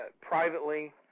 privately